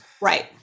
Right